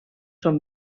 són